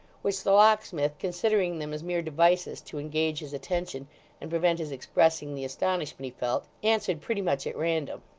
which the locksmith, considering them as mere devices to engage his attention and prevent his expressing the astonishment he felt, answered pretty much at random.